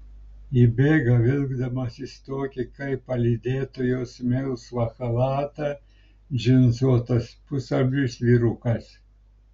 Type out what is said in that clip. įbėga vilkdamasis tokį kaip palydėtojos melsvą chalatą džinsuotas pusamžis vyrukas